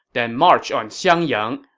then march on xiangyang,